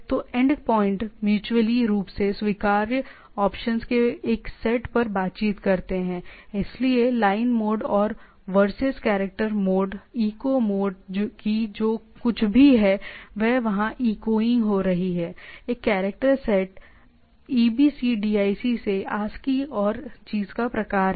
दो end point mutually रूप से स्वीकार्य ऑप्शन के एक सेट पर बातचीत करते हैं इसलिए लाइन मोड और versus character mode echo mode कि जो कुछ भी है वह वहां इकोइंग हो रही है एक कैरेक्टर सेट EBCDIC से ASCII और चीज का प्रकार है